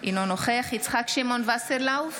אינו נוכח יצחק שמעון וסרלאוף,